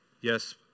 yes